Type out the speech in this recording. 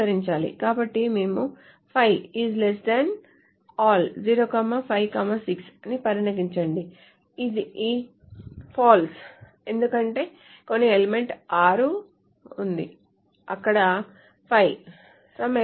కాబట్టి మేము 5 all 0 5 6 అని పరిగణించండి అది false ఎందుకంటే ఇక్కడ కొన్ని ఎలిమెంట్ 6 ఉంది అక్కడ 5